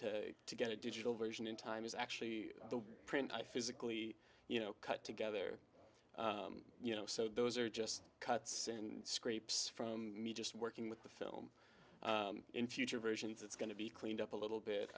to to get a digital version in time is actually the print i physically you know cut together you know so those are just cuts and scrapes from just working with the film in future versions it's going to be cleaned up a little